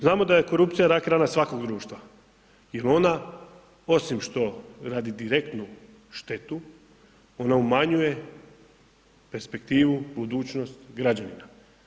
Znamo da je korupcija rak rana svakog društva, jer ona osim što radi direktnu štetu ona umanjuje perspektivu, budućnost građanima.